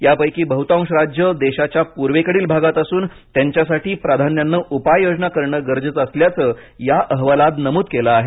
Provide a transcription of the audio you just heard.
यापैकी बहुतांश राज्य देशाच्या पूर्वेकडील भागात असून त्यांच्यासाठी प्राधान्यानं उपाययोजना करणं गरजेचं असल्याचं या अहवालात नमूद केलं आहे